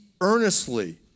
earnestly